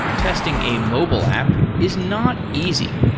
testing a mobile app is not easy.